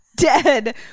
dead